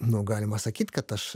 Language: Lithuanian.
nu galima sakyt kad aš